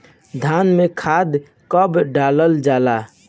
धान में खाद कब डालल जाला?